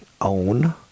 own